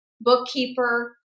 bookkeeper